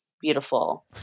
beautiful